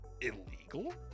illegal